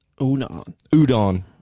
Udon